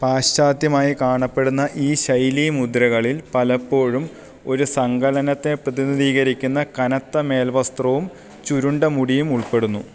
പാശ്ചാത്യമായി കാണപ്പെടുന്ന ഈ ശൈലീമുദ്രകളില് പലപ്പോഴും ഒരു സങ്കലനത്തെ പ്രതിനിധീകരിക്കുന്ന കനത്ത മേല്വസ്ത്രവും ചുരുണ്ട മുടിയും ഉൾപ്പെടുന്നു